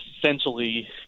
essentially